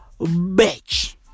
bitch